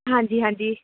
ਹਾਂਜੀ ਹਾਂਜੀ